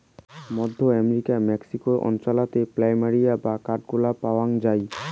মধ্য আমেরিকার মেক্সিকো অঞ্চলাতে প্ল্যামেরিয়া বা কাঠগোলাপ পায়ং যাই